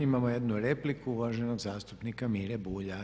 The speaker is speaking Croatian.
Imamo jednu repliku uvaženog zastupnika Mire Bulja.